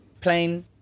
plain